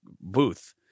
booth